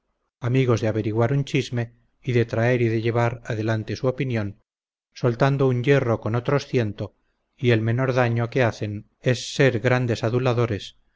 amigos de averiguar un chisme y de traer y de llevar adelante su opinión soldando un yerro con otros ciento y el menor daño que hacen es ser grandes aduladores